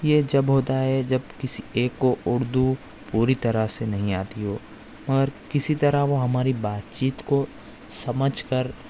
یہ جب ہوتا ہے جب کسی ایک کو اردو پوری طرح سے نہیں آتی ہو اور کسی طرح وہ ہماری بات چیت کو سمجھ کر